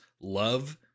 love